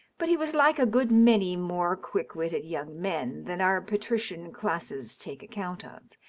but he was like a good many more quick-witted young men than our patrician classes take account of.